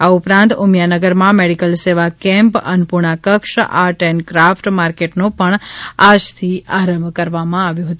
આ ઉપરાંત ઉમિયાનગરમાં મેડીકલ સેવા કેમ્પ અન્નપૂર્ણા કક્ષ આર્ટ એન્ડ ક્રાફટ માર્કેટનો પણ આજથી આરંભ કરવામાં આવ્યો છે